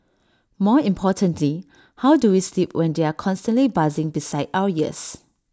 more importantly how do we sleep when they are constantly buzzing beside our ears